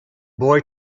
boy